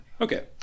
okay